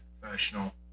professional